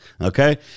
okay